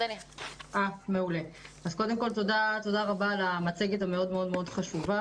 תודה רבה על המצגת המאוד מאוד חשובה